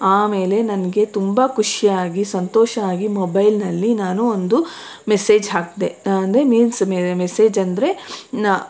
ಆಮೇಲೆ ನನಗೆ ತುಂಬ ಖುಷಿಯಾಗಿ ಸಂತೋಷ ಆಗಿ ಮೊಬೈಲ್ನಲ್ಲಿ ನಾನು ಒಂದು ಮೆಸೇಜ್ ಹಾಕಿದೆ ನಾ ಅಂದರೆ ಮೀನ್ಸ್ ಮೆಸೇಜಂದರೆ